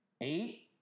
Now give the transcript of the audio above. Eight